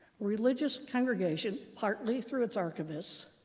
religious congregation, partly through its archivists,